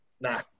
nah